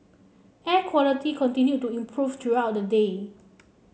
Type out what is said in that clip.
air quality continued to improve throughout the day